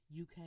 UK